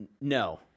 No